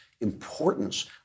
importance